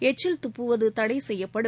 எச்சில் துப்புவது தடை செய்யப்படும்